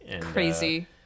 Crazy